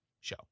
show